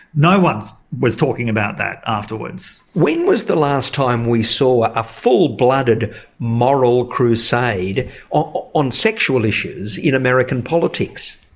no one was talking about that afterwards. when was the last time we saw a full-blooded moral crusade on on sexual issues in american politics?